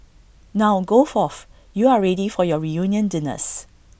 now go forth you are ready for your reunion dinners